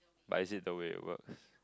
but is it the way it works